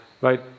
right